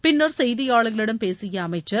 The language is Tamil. பின்னர் செய்தியாளர்களிடம் பேசிய அமைச்சர்